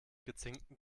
gezinkten